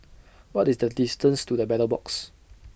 What IS The distance to The Battle Box